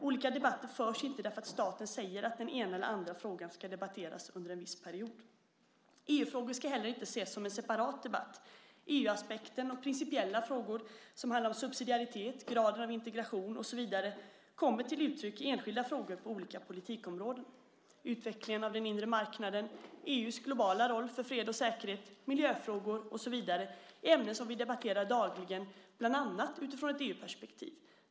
Olika debatter förs inte därför att staten säger att den ena eller andra frågan ska debatteras under en viss period. EU-frågor ska heller inte ses som en separat debatt. EU-aspekten och principiella frågor som subsidiaritet, graden av integration och så vidare kommer till uttryck i enskilda frågor på olika politikområden. Utvecklingen av den inre marknaden, EU:s globala roll för fred och säkerhet, miljöfrågor och så vidare är ämnen som vi debatterar dagligen bland annat utifrån ett EU-perspektiv.